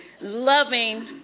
loving